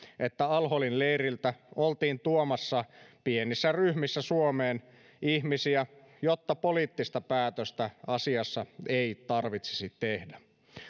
että al holin leiriltä oltiin tuomassa pienissä ryhmissä suomeen ihmisiä jotta poliittista päätöstä asiassa ei tarvitsisi tehdä